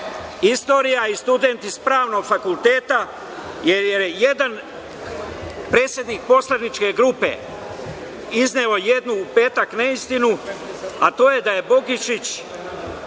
istorije i studenti sa pravnog fakulteta, jer je jedan predsednik poslaničke grupe izneo u petak jednu neistinu, a to je da je Bogišić